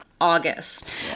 august